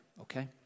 Okay